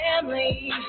family